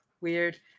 weird